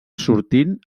sortint